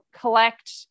collect